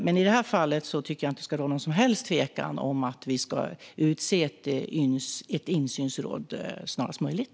Men i det här fallet tycker jag inte att det ska råda något som helst tvivel om att vi ska utse ett insynsråd snarast möjligt.